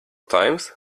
times